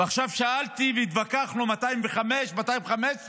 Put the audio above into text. ועכשיו שאלתי והתווכחנו, 205, 215,